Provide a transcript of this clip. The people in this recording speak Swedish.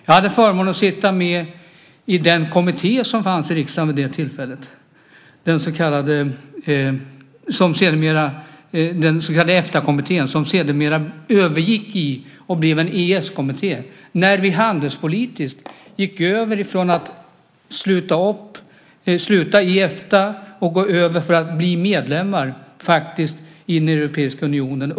Jag hade förmånen att få sitta med i den så kallade Eftakommittén som fanns i riksdagen vid det tillfället, som sedermera övergick i och blev en EES-kommitté när vi handelspolitiskt gick över från Efta, där vi slutade, till att faktiskt bli medlemmar i den europiska unionen.